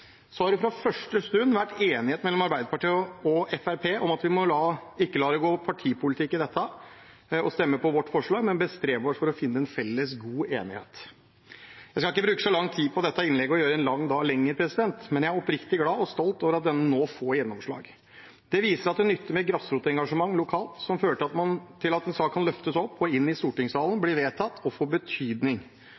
har det fra første stund vært enighet mellom Arbeiderpartiet og Fremskrittspartiet om at vi ikke må la det gå partipolitikk i dette og stemme for våre forslag, men bestrebe oss på å finne en felles, god enighet. Jeg skal ikke bruke lang tid på dette innlegget og gjøre en lang dag lengre, men jeg er oppriktig glad og stolt over at dette nå får gjennomslag. Det viser at det nytter med grasrotengasjement lokalt som fører til at en sak kan løftes opp og inn i stortingssalen,